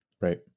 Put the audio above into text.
Right